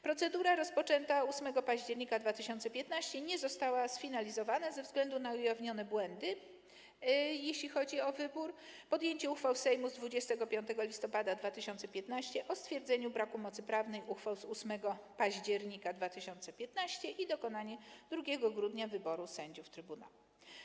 Procedura rozpoczęta 8 października 2015 r. nie została sfinalizowana ze względu na ujawnione błędy, jeśli chodzi o wybór, podjęcie uchwał Sejmu z 25 listopada 2015 r. o stwierdzeniu braku mocy prawnej uchwał z 8 października 2015 r. i dokonanie 2 grudnia wyboru sędziów trybunału.